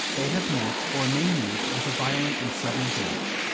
they have met, or may meet, with a violent and sudden death.